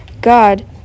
God